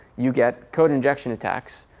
you get code injection attacks.